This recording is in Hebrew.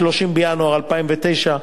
30 בינואר 2009,